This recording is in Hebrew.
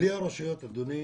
בלי הרשויות, אדוני